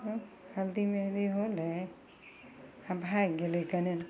हुँ हल्दी मेहन्दी होलय आओर भागि गेलय कयने